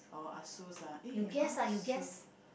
oh Asus ah eh Asus